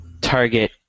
target